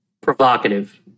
provocative